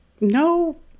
No